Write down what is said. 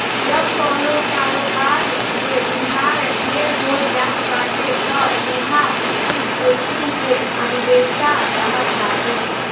जब कवनो कारोबार में उधार ढेर हो जात बाटे तअ उहा वित्तीय जोखिम के अंदेसा रहत बाटे